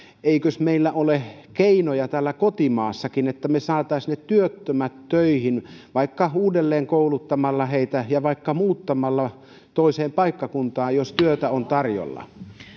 eikös meillä ole keinoja täällä kotimaassakin että me saisimme ne työttömät töihin vaikka uudelleenkouluttamalla heitä ja vaikka muuttamalla toiselle paikkakunnalle jos työtä on tarjolla